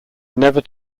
never